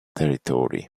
territory